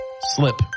Slip